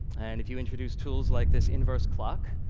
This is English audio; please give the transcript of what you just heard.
and if you introduce tools like this inverse clock,